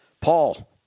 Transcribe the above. Paul